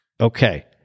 Okay